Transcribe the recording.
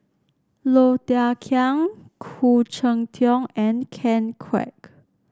Low Thia Khiang Khoo Cheng Tiong and Ken Kwek